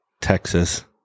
Texas